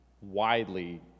widely